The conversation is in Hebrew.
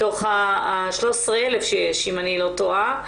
מתוך ה13,000 שיש אם אני לא טועה.